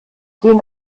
den